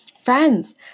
Friends